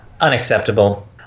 unacceptable